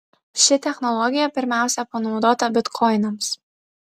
ši technologija pirmiausia panaudota bitkoinams